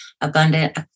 abundant